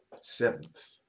Seventh